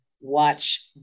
watch